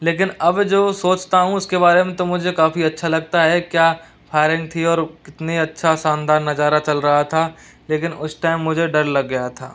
लेकिन अब जो सोचता हूँ उसके बारे में तो मुझे काफ़ी अच्छा लगता है क्या फायरिंग थी और कितने अच्छा शानदार नजारा चल रहा था लेकिन उस टाइम मुझे डर लग गया था